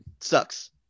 sucks